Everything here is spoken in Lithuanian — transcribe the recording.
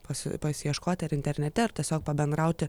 pasi pasiieškoti ar internete ar tiesiog pabendrauti